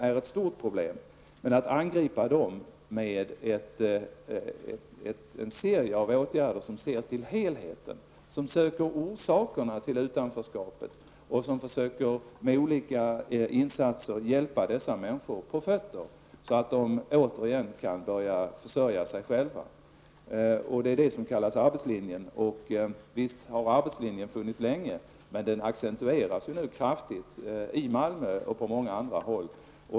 Dessa problem angrips med en serie åtgärder och genom att man ser till helheten, söker orsakerna till utanförskapet och med olika insatser försöker hjälpa dessa människor på fötter så att de återigen kan börja försörja sig själva. Det är detta som kallas arbetslinjen. Visst har arbetslinjen funnits länge, men den accentueras nu kraftigt i Malmö och på många andra håll.